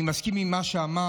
אני מסכים עם מה שאמרת,